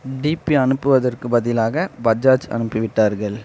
DP அனுப்புவதற்குப் பதிலாக பஜாஜ் அனுப்பிவிட்டார்கள்